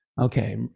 Okay